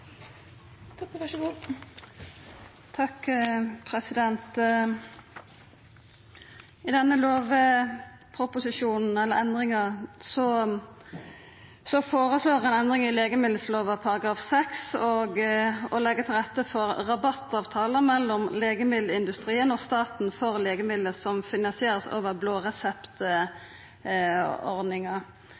I denne lovproposisjonen føreslår ein endring i legemiddellova § 6 om å leggja til rette for rabattavtaler mellom legemiddelindustrien og staten for legemiddel som vert finansierte over blå